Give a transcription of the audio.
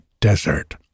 desert